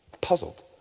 puzzled